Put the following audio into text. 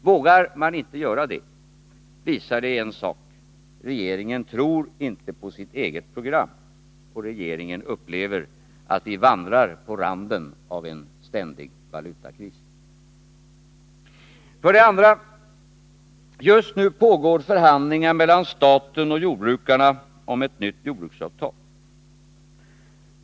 Vågar man inte göra det visar det en sak: regeringen tror inte på sitt eget program och regeringen anser att vi vandrar på randen av en ständig valutakris. 2. Just nu pågår förhandlingar mellan staten och jordbrukarna om ett nytt jordbruksavtal.